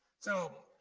so,